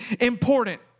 important